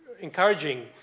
encouraging